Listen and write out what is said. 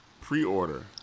pre-order